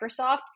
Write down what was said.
Microsoft